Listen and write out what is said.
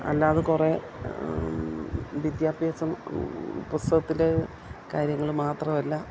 അല്ലാതെ കുറേ വിദ്യാഭ്യാസം പുസ്തകത്തിലെ കാര്യങ്ങൾ മാത്രമല്ല